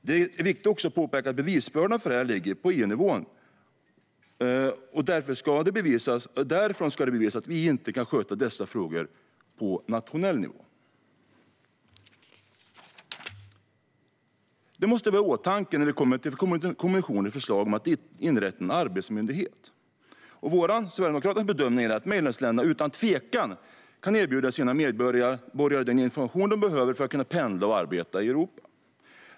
Det är också viktigt att påpeka att bevisbördan för detta ligger på EU-nivån, och därifrån ska det bevisas att vi inte kan sköta dessa frågor på nationell nivå. Detta måste vi ha i åtanke när det kommer till kommissionens förslag om att inrätta en arbetsmyndighet. Sverigedemokraternas bedömning är att medlemsländerna utan tvekan kan erbjuda sina medborgare den information som de behöver för att kunna pendla och arbeta i Europa.